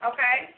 Okay